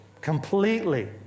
Completely